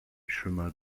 chemin